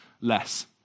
less